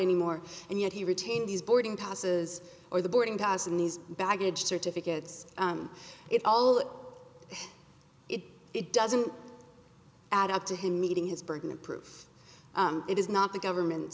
anymore and yet he retained his boarding passes or the boarding pass and he's baggage certificates it all of it it doesn't add up to him meeting his burden of proof it is not the government